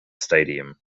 stadium